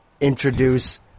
introduce